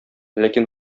ләкин